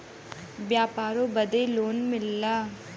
व्यापारों बदे लोन मिलला